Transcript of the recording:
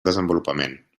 desenvolupament